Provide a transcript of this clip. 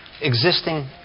existing